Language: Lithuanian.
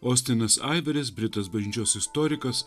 ostinas aiveris britas bažnyčios istorikas